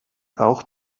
auch